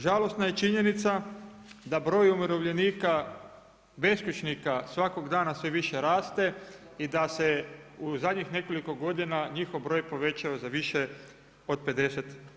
Žalosna je činjenica da broj umirovljenika beskućnika svakog dana sve više raste i da se u zadnjih nekoliko godina njihov broj povećao za više od 50%